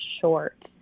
short